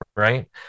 Right